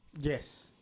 Yes